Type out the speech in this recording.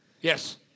Yes